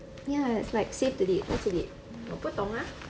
ya it's like save the date what's the date 我不懂啊